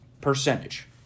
percentage